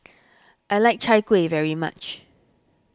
I like Chai Kuih very much